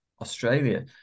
Australia